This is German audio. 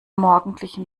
morgendlichen